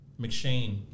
McShane